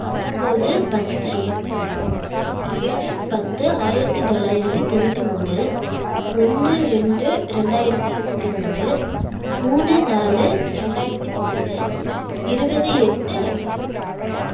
பத்தொம்பது பத்து ரெண்டாயிரம் ஏழு பத்து ஆயிரத்தி தொள்ளாயிரத்தி தொண்ணூற்றி மூணு ஒன்று ரெண்டு ரெண்டாயிரத்தி இருபத்தி மூணு மூணு நாலு ரெண்டாயிரத்தி ஒன்று இருபது எட்டு ரெண்டாயிரம்